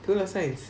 school of science